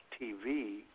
TV